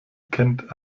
kennt